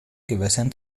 gewässern